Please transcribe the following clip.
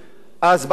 אז באים היום,